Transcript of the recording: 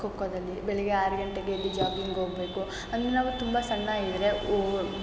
ಖೋಖೋದಲ್ಲಿ ಬೆಳಗ್ಗೆ ಆರು ಗಂಟೆಗೆ ಎದ್ದು ಜಾಗಿಂಗಿಗ್ಹೋಗ್ಬೇಕು ಅಂದರೆ ನಾವು ತುಂಬ ಸಣ್ಣ ಇದ್ದರೆ ಓ